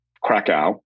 Krakow